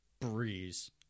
Breeze